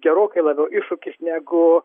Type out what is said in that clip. gerokai labiau iššūkis negu